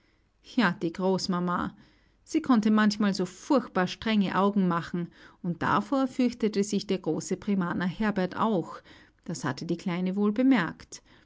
ja die großmama sie konnte manchmal so furchtbar strenge augen machen und davor fürchtete sich der große primaner herbert auch das hatte die kleine wohl bemerkt